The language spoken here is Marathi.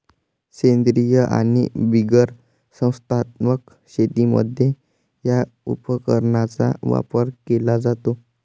सेंद्रीय आणि बिगर संस्थात्मक शेतीमध्ये या उपकरणाचा वापर केला जातो